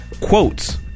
quotes